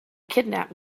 kidnap